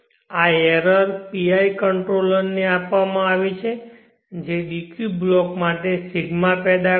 આ error PI controller ને આપવામાં આવી છે જે dq બ્લોક માટે ρ પેદા કરશે